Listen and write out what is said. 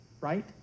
right